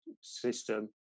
system